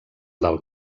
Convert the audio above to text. del